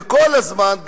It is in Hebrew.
וכל הזמן,